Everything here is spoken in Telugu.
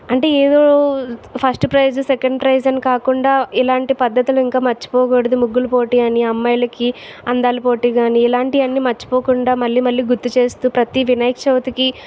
అంటే ఏదో ఫస్ట్ ప్రైజ్ సెకండ్ ప్రైజ్ అని కాకుండా ఇలాంటి పద్ధతులు ఇంకా మర్చిపోకూడదు ముగ్గులు పోటీ అని అమ్మాయిలకి అందాలు పోటీ కాని ఇలాంటివన్ని మర్చిపోకుండా మళ్ళీ మళ్ళీ గుర్తు చేస్తూ ప్రతి వినాయక చవితికి